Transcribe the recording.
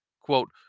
Quote